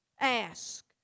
Ask